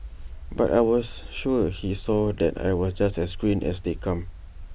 but I was sure he saw that I was just as green as they come